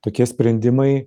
tokie sprendimai